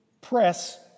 press